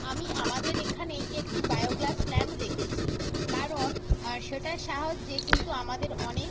আমি আমাদের এখানেই একটা বায়োগ্যাস প্ল্যান্ট দেখেছি কারণ সেটার সাহায্যে কিন্তু আমাদের অনেক